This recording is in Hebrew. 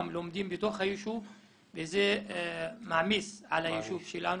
גם לומדים בתוך היישוב וזה מעמיס על היישוב שלנו.